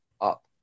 up